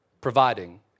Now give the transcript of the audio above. Providing